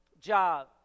job